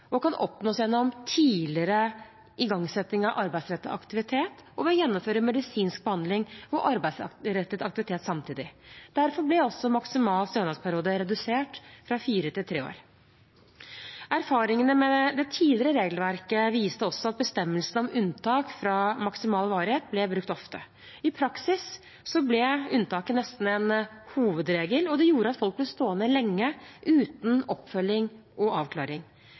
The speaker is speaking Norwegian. og kan oppnås gjennom tidligere igangsetting av arbeidsrettet aktivitet og ved å gjennomføre medisinsk behandling og arbeidsrettet aktivitet samtidig. Derfor ble også maksimal stønadsperiode redusert fra fire til tre år. Erfaringene med det tidligere regelverket viste også at bestemmelsen om unntak fra maksimal varighet ble brukt ofte. I praksis ble unntaket nesten en hovedregel, og det gjorde at folk ble stående lenge uten oppfølging og avklaring.